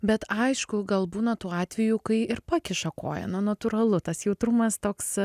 bet aišku gal būna tų atvejų kai ir pakiša koją na natūralu tas jautrumas toks